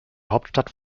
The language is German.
hauptstadt